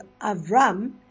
Avram